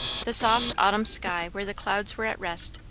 the soft autumn sky where the clouds were at rest,